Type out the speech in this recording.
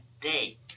day